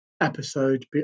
episode